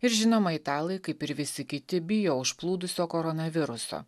ir žinoma italai kaip ir visi kiti bijo užplūdusio koronaviruso